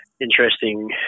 interesting